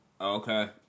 Okay